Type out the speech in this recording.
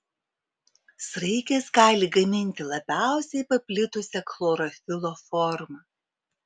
sraigės gali gaminti labiausiai paplitusią chlorofilo formą